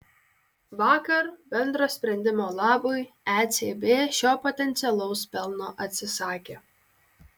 vakar bendro sprendimo labui ecb šio potencialaus pelno atsisakė